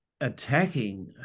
attacking